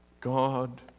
God